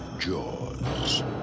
Jaws